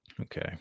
Okay